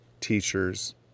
teacher's